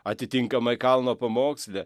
atitinkamai kalno pamoksle